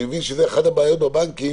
אני מבין שזו אחת הבעיות בבנקים,